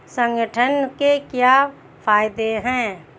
संगठन के क्या फायदें हैं?